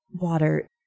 water